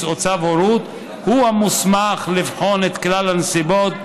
או צו הורות הוא המוסמך לבחון את כלל הנסיבות,